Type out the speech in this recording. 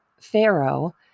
Pharaoh